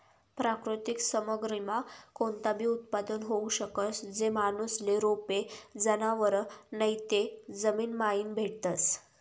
प्राकृतिक सामग्रीमा कोणताबी उत्पादन होऊ शकस, जे माणूसले रोपे, जनावरं नैते जमीनमाईन भेटतस